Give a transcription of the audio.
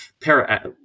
para